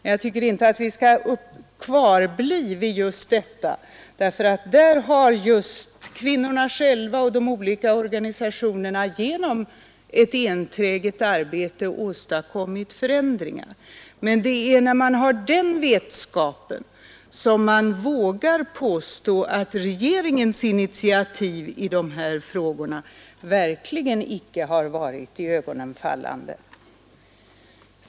Men jag tycker inte att vi skall uppehålla oss vid just detta, eftersom kvinnorna själva och de olika organisationerna därvidlag genom ett enträget arbete åstadkommit förändringar. Med vetskap om dessa förhållanden vågar man dock påstå att regeringens initiativ i dessa frågor verkligen icke har varit iögonenfallande.